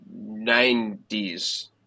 90s